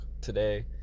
today